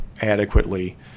adequately